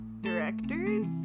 directors